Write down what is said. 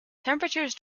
temperatures